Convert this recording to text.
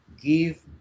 give